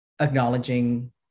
acknowledging